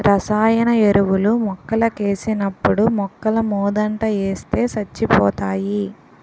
రసాయన ఎరువులు మొక్కలకేసినప్పుడు మొక్కలమోదంట ఏస్తే సచ్చిపోతాయి